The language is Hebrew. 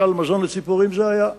משל מזון לציפורים זה היה.